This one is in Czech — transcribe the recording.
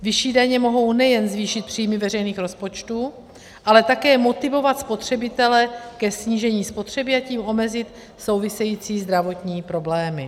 Vyšší daně mohou nejen zvýšit příjmy veřejných rozpočtů, ale také motivovat spotřebitele ke snížení spotřeby, a tím omezit související zdravotní problémy.